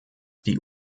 die